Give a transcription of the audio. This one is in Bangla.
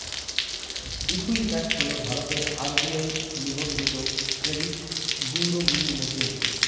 ঈকুইফ্যাক্স হল ভারতের আর.বি.আই নিবন্ধিত ক্রেডিট ব্যুরোগুলির মধ্যে একটি